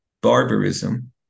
barbarism